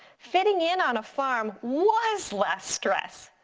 fitting in on a farm was less stress.